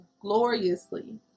gloriously